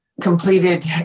completed